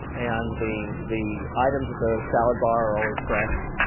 and the the items at the salad bar are always fresh.